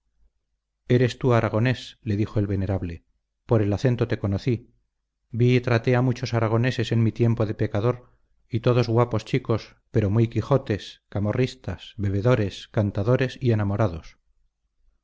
eres tú aragonés le dijo el venerable por el acento te conocí vi y traté a muchos aragoneses en mi tiempo de pecador y todos guapos chicos pero muy quijotes camorristas bebedores cantadores y enamorados